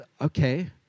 okay